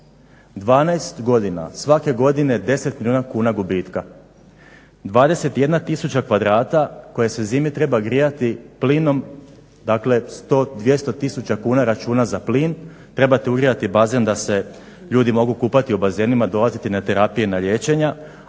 12 godina svake godine 10 milijuna kuna gubitka. 21 tisuća kvadrata koja se zimi treba grijati plinom dakle 100, 200 tisuća kuna računa za plin, trebate ugrijati bazen da se ljudi mogu kupati u bazenima, dolaziti na terapije i na liječenja